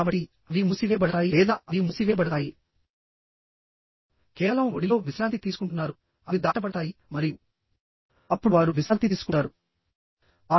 కాబట్టి అవి మూసివేయబడతాయి లేదా అవి మూసివేయబడతాయి కేవలం ఒడిలో విశ్రాంతి తీసుకుంటున్నారు అవి దాటబడతాయి మరియు అప్పుడు వారు విశ్రాంతి తీసుకుంటారు